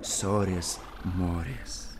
sorės morės